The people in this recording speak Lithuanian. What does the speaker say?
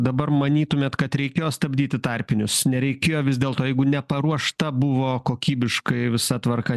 dabar manytumėt kad reikėjo stabdyti tarpinius nereikėjo vis dėlto jeigu neparuošta buvo kokybiškai visa tvarka